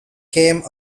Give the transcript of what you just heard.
came